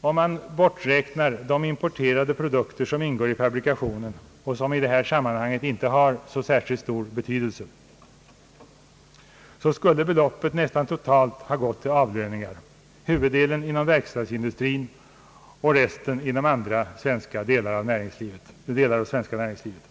Om man borträknar de importerade produkter som ingår i fabrikationen och som i detta sammanhang inte har särskilt stor betydelse, skulle beloppet nästan helt ha gått till avlöningar — huvuddelen inom <verkstadsindustrin och resten inom andra delar av det svenska näringslivet.